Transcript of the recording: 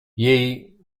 jej